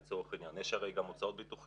על זאת מתווספות הוצאות לביטוחים,